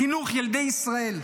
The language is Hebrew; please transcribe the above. חינוך ילדי ישראל,